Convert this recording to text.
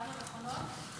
כמה מכונות?